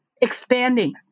expanding